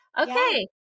Okay